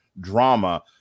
drama